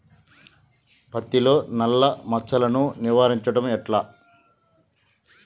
పత్తిలో నల్లా మచ్చలను నివారించడం ఎట్లా?